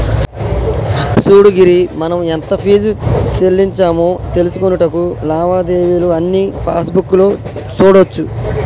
సూడు గిరి మనం ఎంత ఫీజు సెల్లించామో తెలుసుకొనుటకు లావాదేవీలు అన్నీ పాస్బుక్ లో సూడోచ్చు